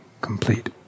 complete